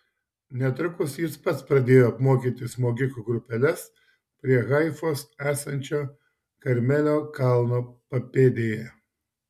netrukus jis pats pradėjo apmokyti smogikų grupeles prie haifos esančio karmelio kalno papėdėje